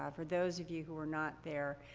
ah for those of you who were not there,